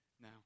now